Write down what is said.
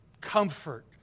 comfort